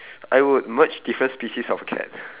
I would merge different species of cat